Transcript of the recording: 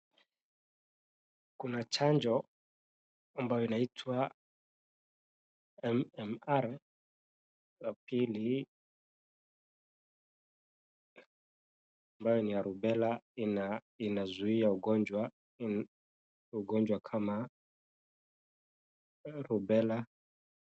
Kuna chajo ambayo inaitwa MMR ya pili ambayo ni Rubela ambayo inazuia ugonjwa kama Rubela.